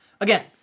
Again